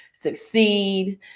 succeed